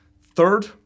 Third